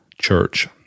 church